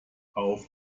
auf